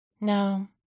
no